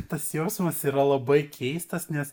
tas jausmas yra labai keistas nes